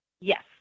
Yes